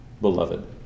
beloved